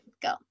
go